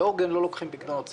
ו"עוגן" לא לוקחים פיקדונות ציבור.